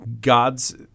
God's